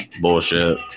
Bullshit